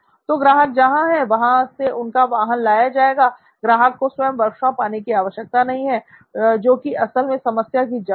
तो ग्राहक जहां है वहां से उनका वाहन लाया जाएगा ग्राहक को स्वयं वर्कशॉप आने की आवश्यकता नहीं है जो कि असल में समस्या की जड़ है